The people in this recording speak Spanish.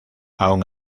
aun